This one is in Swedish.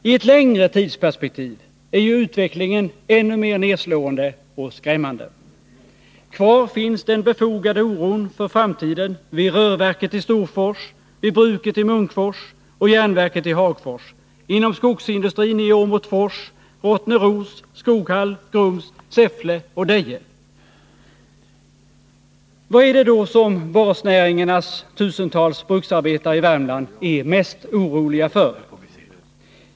I ett längre tidsperspektiv är utvecklingen ännu mer nedslående och skrämmande. Kvar finns den befogade oron för framtiden vid rörverket i Storfors, vid bruket i Munkfors och järnverket i Hagfors, inom skogsindustrin i Åmotfors, Rottneros, Skoghall, Grums, Säffle och Deje. Vad är det då som basnäringarnas tusentals bruksarbetare i Värmland är mest oroliga för?